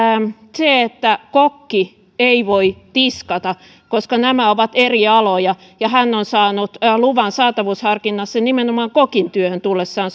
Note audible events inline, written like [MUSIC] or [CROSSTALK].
se että kokki ei voi tiskata koska nämä ovat eri aloja ja hän on saanut luvan saatavuusharkinnassa nimenomaan kokin työhön tullessaan [UNINTELLIGIBLE]